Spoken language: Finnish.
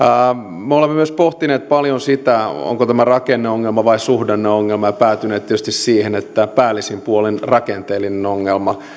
me olemme pohtineet paljon myös sitä onko tämä rakenneongelma vai suhdanneongelma ja päätyneet tietysti siihen että se on päällisin puolin rakenteellinen ongelma